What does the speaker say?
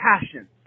passion